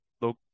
look